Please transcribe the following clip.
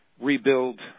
rebuild